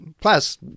Plus